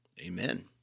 amen